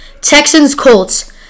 Texans-Colts